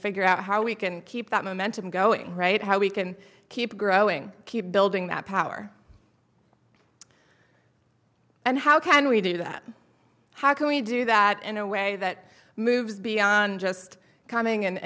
figure out how we can keep that momentum going right how we can keep growing keep building that power and how can we do that how can we do that in a way that moves beyond just calming